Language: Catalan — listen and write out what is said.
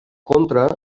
contra